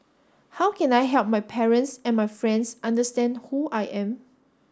how can I help my parents and my friends understand who I am